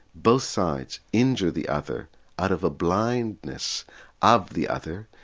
both sides injure the other out of a blindness of the other,